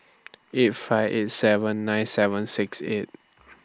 eight five eight seven nine seven six eight